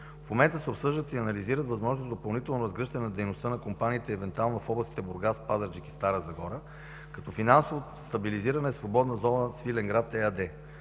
В момента се обсъждат и анализират възможности за допълнително разгръщане на дейността на компаниите евентуално в областите Бургас, Пазарджик и Стара Загора, като финансово стабилизирана е „Свободна зона Свиленград” ЕАД.